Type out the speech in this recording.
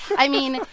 i mean,